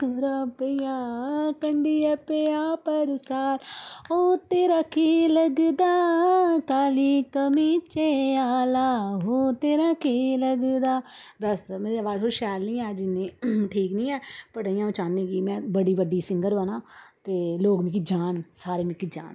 धूड़ां पेइयां कंडिये पेआ बरसाला ओह् तेरा केह् लगदा काली कमीचै आह्ला ओह् तेरा केह् लगदा बस मेरी बाज थोह्ड़ी शैल निं ऐ इ'न्नी ठीक निं ऐ वट् इ'यां अ'ऊं चाह्न्नीं अ'ऊं कि बड़ी बड्डी सिंगर बनांऽ ते लोग मिगी जान सारे मिगी जान